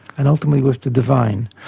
and ultimately with the divine.